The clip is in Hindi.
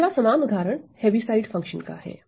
दूसरा समान उदाहरण हैवी साइड फंक्शन का है